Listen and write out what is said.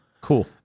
Cool